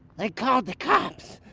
like called the cops.